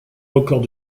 record